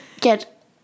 get